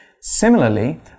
Similarly